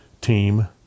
team